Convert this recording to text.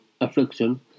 affliction